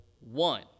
one